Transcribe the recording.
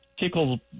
tickle